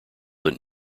that